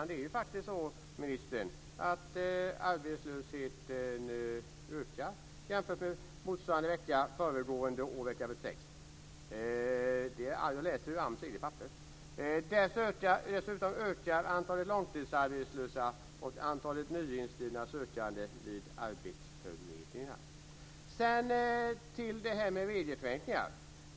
Det är faktiskt så, ministern, att arbetslösheten ökar jämfört med motsvarande vecka föregående år. Jag läser ur AMS eget papper. Dessutom ökar antalet långtidsarbetslösa och antalet nyinskrivna sökande vid arbetsförmedlingarna. Sedan går jag över till frågan om regelförenklingar.